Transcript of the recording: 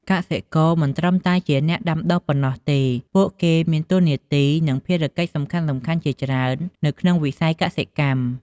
កសិករមិនត្រឹមតែជាអ្នកដាំដុះប៉ុណ្ណោះទេ ពួកគេមានតួនាទី និងភារកិច្ចសំខាន់ៗជាច្រើននៅក្នុងវិស័យកសិកម្ម។